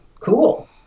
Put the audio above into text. cool